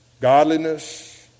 Godliness